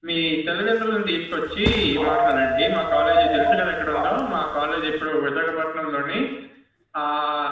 మీ తల్లిదండ్రులని తీసుకొచ్చి మాట్లాడండి మా కాలేజీ తెలుసు కదా ఎక్కడ ఉందో మా కాలేజ్ ఇప్పుడు విశాఖపట్నంలోని